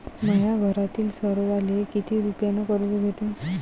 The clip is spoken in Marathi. माह्या घरातील सर्वाले किती रुप्यान कर्ज भेटन?